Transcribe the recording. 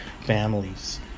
families